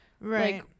Right